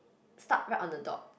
start right on the dot